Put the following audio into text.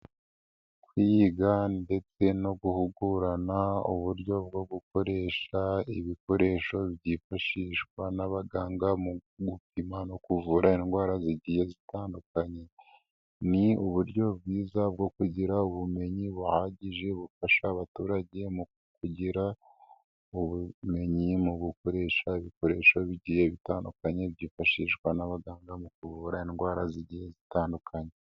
Kwiga ndetse no guhugurana uburyo bwo gukoresha ibikoresho byifashishwa n'abaganga mu gupima no kuvura indwara zigiye zitandukanye, ni uburyo bwiza bwo kugira ubumenyi buhagije bufasha abaturage mu kugira, ubumenyi mu gukoresha ibikoresho bigiye bitandukanye, byifashishwa n'abaganga mu kuvura indwara zigiye zitandukanye.